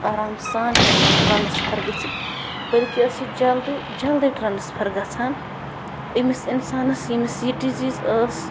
آرام سان ہٮ۪کان ٹرٛانَسفر گٔژھِتھ بٔلکہِ ٲس یہِ جلدی جلدی ٹرٛانَسفَر گژھان أمِس اِنسانَس ییٚمِس یہِ ڈِزیٖز ٲس